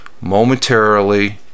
momentarily